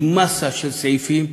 עם מאסה של סעיפים,